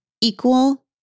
Equal